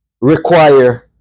require